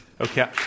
Okay